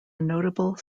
notable